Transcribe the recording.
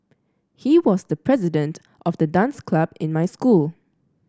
he was the president of the dance club in my school